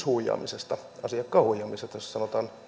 huijaamisesta asiakkaan huijaamisesta jos sanotaan